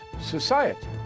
society